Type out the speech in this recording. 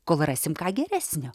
kol rasim ką geresnio